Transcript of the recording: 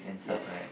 yes